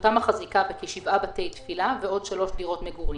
העמותה מחזיקה בכשבעה בתי תפילה ובשלוש דירות מגורים.